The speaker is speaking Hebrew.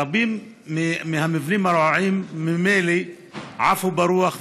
רבים מהמבנים הרעועים ממילא עפו ברוח,